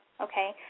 okay